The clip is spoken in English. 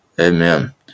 amen